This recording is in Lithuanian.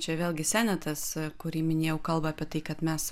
čia vėlgi senetas kurį minėjau kalba apie tai kad mes